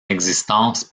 existence